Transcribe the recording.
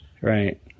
Right